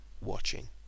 watching